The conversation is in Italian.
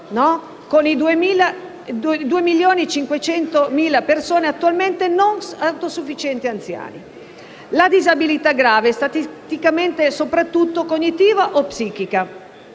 con i 2,5 milioni di persone attualmente non autosufficienti e anziani. La disabilità grave, statisticamente, è soprattutto cognitiva o psichica